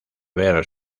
ver